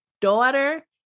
daughter